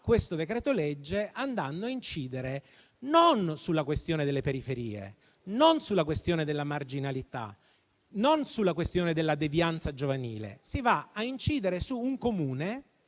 questo decreto-legge andando a incidere, non sulla questione delle periferie, non sulla questione della marginalità, non sulla questione della devianza giovanile, ma andando ad incidere su un unico